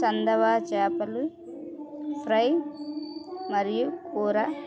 చందవ చాపలు ఫ్రై మరియు కూర